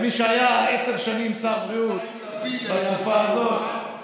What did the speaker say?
מי שהיה עשר שנים שר בריאות בתקופה הזאת,